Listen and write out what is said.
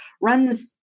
runs